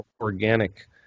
organic –